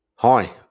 Hi